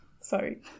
Sorry